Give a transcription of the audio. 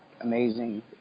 Amazing